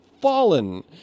Fallen